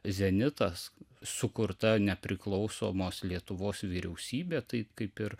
zenitas sukurta nepriklausomos lietuvos vyriausybė taip kaip ir